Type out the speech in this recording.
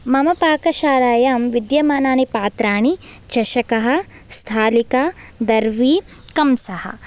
मम पाकशालायां विद्यमानानि पात्राणि चषकः स्थालिका दर्वी कंसः